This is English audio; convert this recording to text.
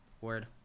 word